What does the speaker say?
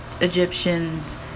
egyptians